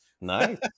nice